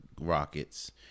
Rockets